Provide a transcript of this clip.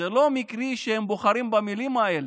לא מקרי שהם בוחרים במילים האלה.